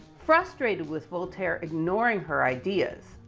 frustrated with voltaire, ignoring her ideas,